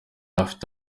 afite